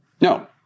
No